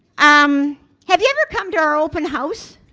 um have you ever come to our open house,